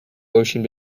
ocean